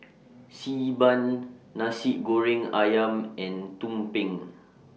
Xi Ban Nasi Goreng Ayam and Tumpeng